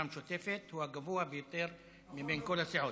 המשותפת הוא הגבוה ביותר מבין כל הסיעות.